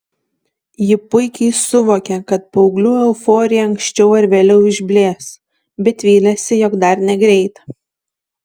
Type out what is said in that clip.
ji puikiai suvokė kad paauglių euforija anksčiau ar vėliau išblės bet vylėsi jog dar negreit